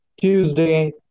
Tuesday